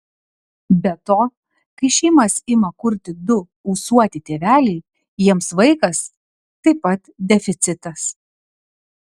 be to kai šeimas ima kurti du ūsuoti tėveliai jiems vaikas taip pat deficitas